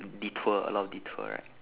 detour a lot of detour right